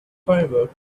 fireworks